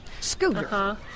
Scooter